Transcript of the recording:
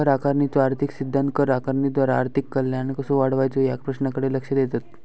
कर आकारणीचो आर्थिक सिद्धांत कर आकारणीद्वारा आर्थिक कल्याण कसो वाढवायचो या प्रश्नाकडे लक्ष देतत